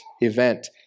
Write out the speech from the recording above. event